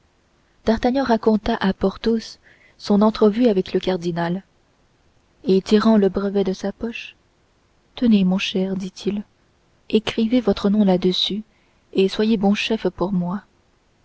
d'artagnan raconta à porthos son entrevue avec le cardinal et tirant le brevet de sa poche tenez mon cher dit-il écrivez votre nom là-dessus et soyez bon chef pour moi